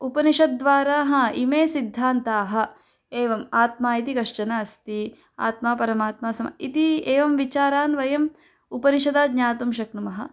उपनिषद्वाराः इमे सिद्धान्ताः एवम् आत्मा इति कश्चन अस्ति आत्मापरमात्मा सम इति एवं विचारान् वयम् उपनिषदा ज्ञातुं शक्नुमः